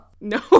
No